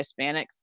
Hispanics